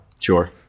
Sure